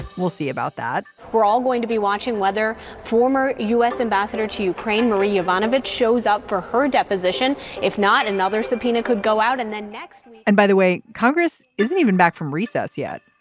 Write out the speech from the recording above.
we'll see about that we're all going to be watching whether former u s. ambassador to marie yvonne of it shows up for her deposition if not another subpoena could go out in the next and by the way congress isn't even back from recess yet